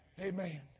Amen